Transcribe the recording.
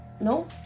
No